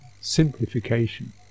simplification